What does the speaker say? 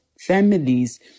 families